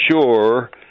sure